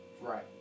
Right